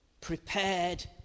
Prepared